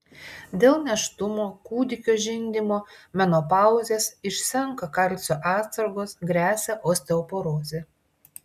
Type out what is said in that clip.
dėl nėštumo kūdikio žindymo menopauzės išsenka kalcio atsargos gresia osteoporozė